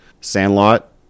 Sandlot